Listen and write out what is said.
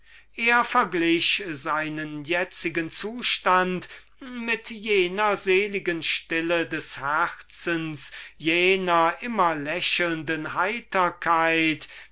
er verglich seinen itzigen zustand mit jener seligen stille des herzens mit jener immer lächelnden heiterkeit